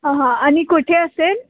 हं हं आणि कुठे असेल